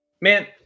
man